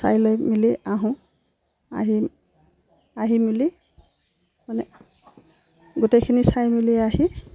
চাই লৈ মেলি আহোঁ আহি আহি মেলি মানে গোটেইখিনি চাই মেলি আহি